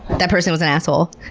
that person was an asshole.